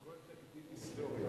הכול תקדים היסטורי.